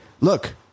look